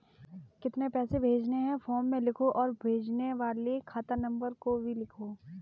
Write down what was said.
कितने पैसे भेजने हैं फॉर्म में लिखो और भेजने वाले खाता नंबर को भी लिखो